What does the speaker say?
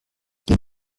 die